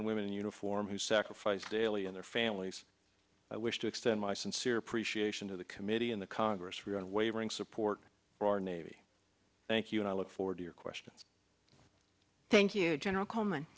and women in uniform who sacrifice daily in their families i wish to extend my sincere appreciation to the committee and the congress for your unwavering support for our navy thank you and i look forward to your questions thank you general coming